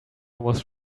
was